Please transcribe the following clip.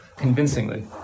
convincingly